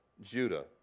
Judah